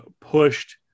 pushed